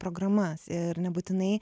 programas ir nebūtinai